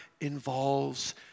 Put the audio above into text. involves